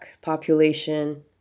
population